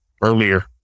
earlier